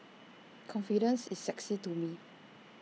confidence is sexy to me